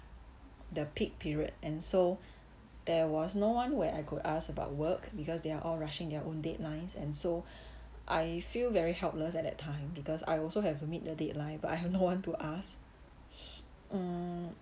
the peak period and so there was no one where I could ask about work because they are all rushing their own deadlines and so I feel very helpless at that time because I also have to meet the deadline but I have no one to ask mm